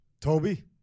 Toby